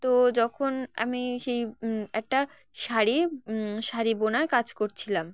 তো যখন আমি সেই একটা শাড়ি শাড়ি বোনার কাজ করছিলাম